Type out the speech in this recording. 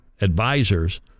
advisors